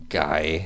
guy